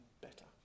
better